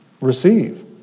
receive